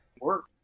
work